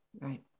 right